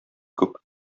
күп